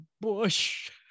Bush